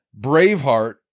Braveheart